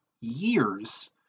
years